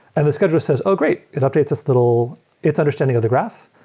and the schedule says, oh great! it updates this little its understanding of the graph,